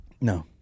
No